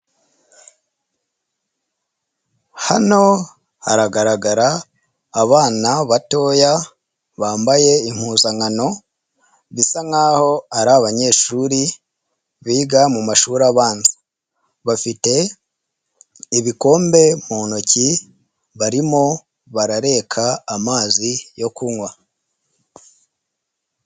Hano haragaragara abana batoya bambaye impuzankano bisa nkaho ari abanyeshuri biga mu mashuri abanza, bafite ibikombe mu ntoki barimo barareka amazi yo kunywa.